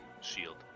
Shield